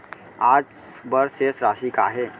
आज बर शेष राशि का हे?